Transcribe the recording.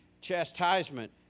chastisement